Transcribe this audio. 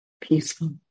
peaceful